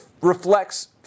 reflects